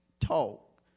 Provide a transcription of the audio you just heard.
talk